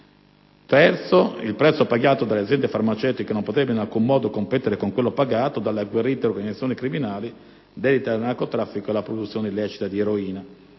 luogo, il prezzo pagato dalle aziende farmaceutiche non potrebbe in alcun modo competere con quello pagato dalle agguerrite organizzazioni criminali dedite al narcotraffico e alla produzione illecita di eroina.